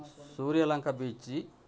Suryalanka beach